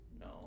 no